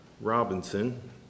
Robinson